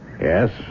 Yes